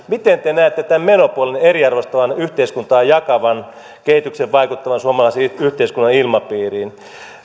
miten te näette tämän menopuolen eriarvoistavan yhteiskuntaa jakavan kehityksen vaikuttavan suomalaisen yhteiskunnan ilmapiiriin